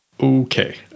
Okay